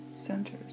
centers